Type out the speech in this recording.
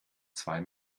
zwei